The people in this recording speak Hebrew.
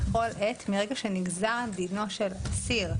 בכל עת מרגע שנגזר דינו של אסיר.